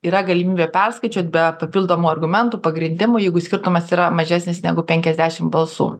yra galimybė perskaičiuot be papildomų argumentų pagrindimo jeigu skirtumas yra mažesnis negu penkiasdešim balsų